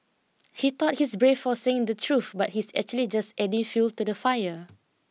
he thought he's brave for saying the truth but he's actually just adding fuel to the fire